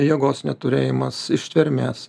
jėgos neturėjimas ištvermės